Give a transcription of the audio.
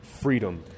freedom